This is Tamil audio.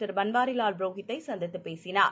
திரு பன்வாரிலால் புரோஹித்தைசந்தித்துபேசினார்